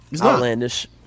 Outlandish